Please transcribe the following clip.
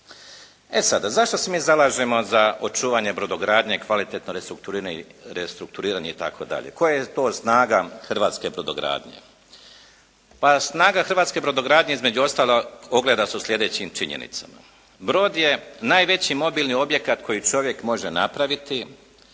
E sada, zašto se mi zalažemo za očuvanje brodogradnje i kvalitetno restrukturiranje itd.? Koja je to snaga hrvatske brodogradnje? Pa snaga hrvatske brodogradnje između ostalog ogleda se u sljedećim činjenicama. Brod je najveći mobilni objekat koji čovjek može napraviti,